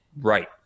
right